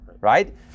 right